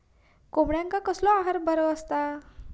कोंबड्यांका कसलो आहार बरो असता?